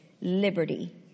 liberty